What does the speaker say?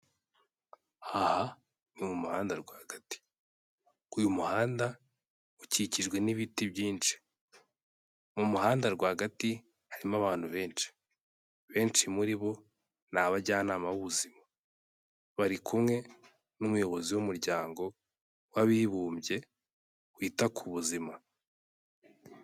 Aha ni mu muhanda rwagati, uyu muhanda ukikijwe n'ibiti byinshi. Mu muhanda rwagati harimo abantu benshi, benshi muri bo ni abajyanama b'ubuzima. Bari kumwe n'umuyobozi w'Umuryango w'Abibumbye wita ku Buzima.